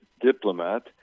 diplomat